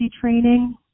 training